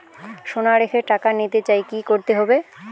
সোনা রেখে টাকা নিতে চাই কি করতে হবে?